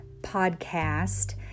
podcast